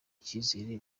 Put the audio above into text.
icyizere